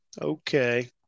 Okay